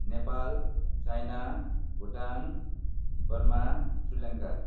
Nepal China Bhutan Burma Sri Lanka